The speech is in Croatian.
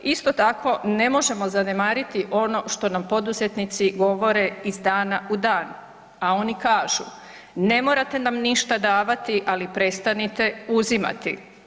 Isto tako ne možemo zanemariti ono što nam poduzetnici govore iz dana u dan, a oni kažu, ne morate nam ništa davati ali prestanite uzimati.